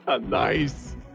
Nice